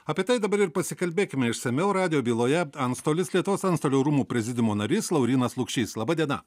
apie tai dabar ir pasikalbėkime išsamiau radijo byloje antstolis lietuvos antstolių rūmų prezidiumo narys laurynas lukšys laba diena